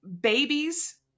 babies